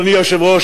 אדוני היושב-ראש,